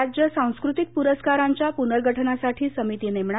राज्य सांस्कृतिक पूरस्कारांच्या पूनर्गठनासाठी समिती नेमणार